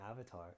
Avatar